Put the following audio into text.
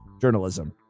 journalism